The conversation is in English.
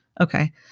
Okay